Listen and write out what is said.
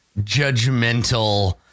judgmental